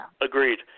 Agreed